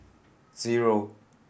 zero